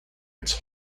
its